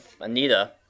Anita